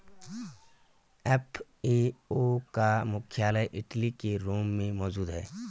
FAO का मुख्यालय Italy के रोम में मौजूद है